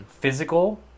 physical